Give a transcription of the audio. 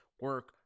Work